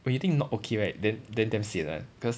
when your thing not okay right then then damn sian [one] cause